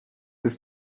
ist